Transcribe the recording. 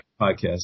podcast